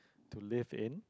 to live in